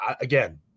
again